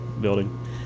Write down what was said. building